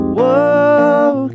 Whoa